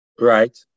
Right